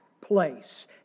place